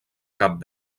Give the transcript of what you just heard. cap